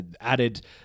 added